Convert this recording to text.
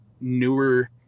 newer